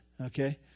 okay